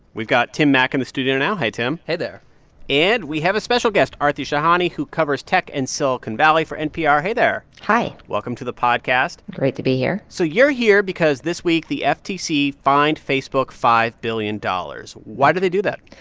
we've got tim mak in the studio now. hi, tim hey there and we have a special guest, aarti shahani, who covers tech and silicon valley for npr. hey there hi welcome to the podcast great to be here so you're here because this week, the ah ftc fined facebook five billion dollars. why did they do that?